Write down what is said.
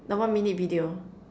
the one minute video